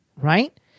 right